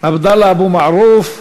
עבדאללה אבו מערוף,